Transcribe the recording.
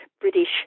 British